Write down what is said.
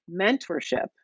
mentorship